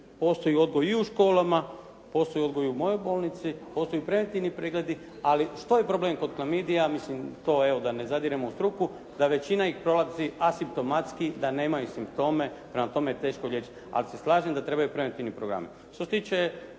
postoji odgoj i u školama, postoji odgoj i u mojoj bolnici, postoje preventivni pregledi ali što je problem kod klamidija? Mislim, to, evo da ne zadiremo u struku da većina ih prolazi asimptomatski, da nemaju simptome. Prema tome teško je liječiti. Ali se slažem da trebaju preventivni programi. Što se tiče